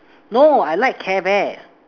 no I like carebear